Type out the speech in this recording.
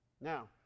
Now